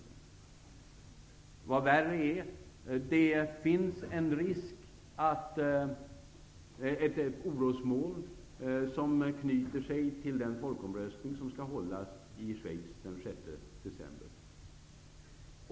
Och vad värre är: Det finns ett orosmoln knutet till den folkomröstning som skall hållas i Schweiz den 6 december.